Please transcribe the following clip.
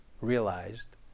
realized